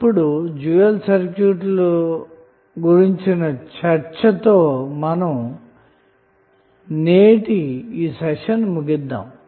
ఇప్పుడు డ్యూయల్ సర్క్యూట్ల గురించిన చర్చను ఈ సెషన్ తో ముగిద్దాము